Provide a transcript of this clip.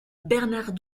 bernard